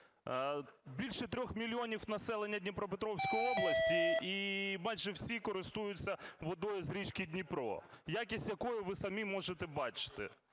Більше 3 мільйонів населення Дніпропетровської області і майже всі користуються водою з річки Дніпро, якість якої ви самі можете бачити.